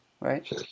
right